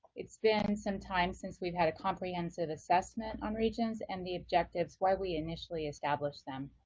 it's been some time since we've had comprehensive assessment on regions and the objectives, why we initially established them.